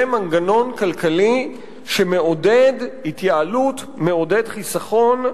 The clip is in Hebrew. זה מנגנון כלכלי שמעודד התייעלות, מעודד חיסכון,